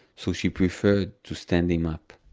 so she preferred to stand him up